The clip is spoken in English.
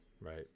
right